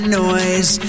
noise